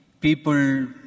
people